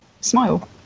smile